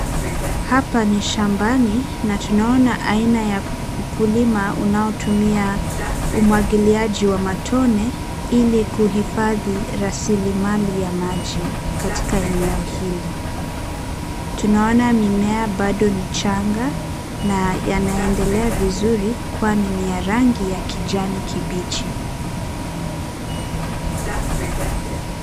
Hapa ni shambani na tunaona aina ya ukulima unaotumia umwagiliaji wa matone ili kuhifadhi rasilimali ya maji katika eneo hili. Tunaona mimea bado ni changa na yanaendelea vizuri kwani ni ya rangi ya kijani kibichi.